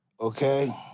Okay